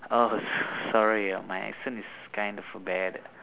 oh so~ sorry my accent is kind of bad